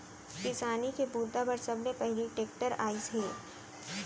किसानी के बूता बर सबले पहिली टेक्टर आइस हे